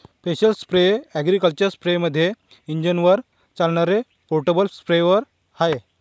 special sprayer agriculture स्पेअरमध्ये इंजिनावर चालणारे पोर्टेबल स्प्रेअर आहे